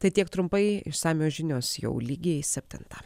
tai tiek trumpai išsamios žinios jau lygiai septintą